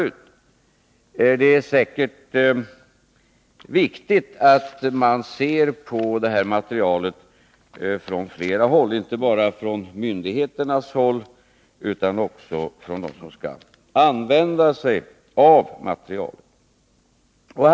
Det är säkert viktigt att man bedömer detta material från flera utgångspunkter, inte bara från myndigheternas utan också från deras utgångspunkter som skall använda sig av materialet.